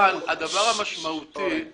הדבר המשמעותי שהגב'